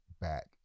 back